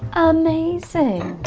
amazing!